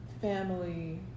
family